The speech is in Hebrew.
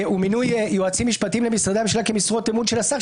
ומינוי יועצים משפטיים למשרדי הממשלה כמשרות אמון של השר.